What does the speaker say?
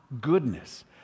goodness